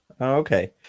okay